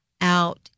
out